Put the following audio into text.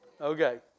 Okay